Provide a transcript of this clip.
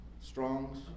strong's